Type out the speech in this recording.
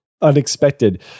unexpected